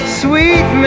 sweet